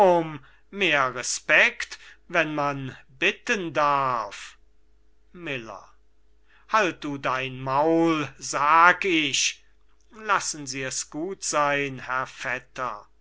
wenn man bitten darf miller halt du dein maul sag ich lassen sie es gut sein herr vetter